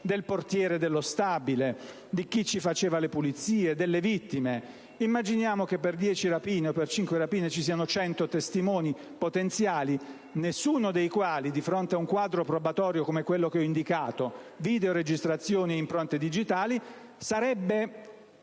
(del portiere dello stabile, di chi ci faceva le pulizie, delle vittime). Immaginiamo che per dieci o cinque rapine ci siano 100 testimoni potenziali, nessuno dei quali, di fronte a un quadro probatorio come quello che ho indicato (videoregistrazioni e impronte digitali), sarebbe